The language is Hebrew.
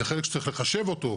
זה חלק שצריך לחשב אותו,